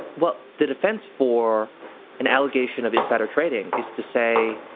well, the defense for an allegation of insider trading is to say,